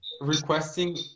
requesting